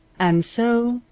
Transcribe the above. and so,